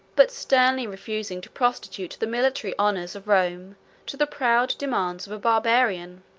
but sternly refusing to prostitute the military honors of rome to the proud demands of a barbarian.